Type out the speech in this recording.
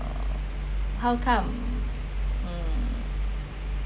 how come um